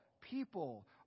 people